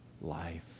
life